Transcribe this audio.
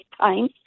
time